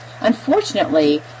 Unfortunately